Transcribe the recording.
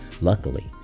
Luckily